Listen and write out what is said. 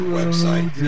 website